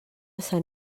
sant